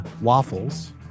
Waffles